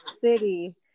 city